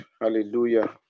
hallelujah